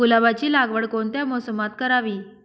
गुलाबाची लागवड कोणत्या मोसमात करावी?